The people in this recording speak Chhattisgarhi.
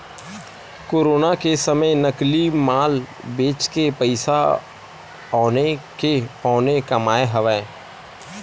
कोरोना के समे नकली माल बेचके पइसा औने के पौने कमाए हवय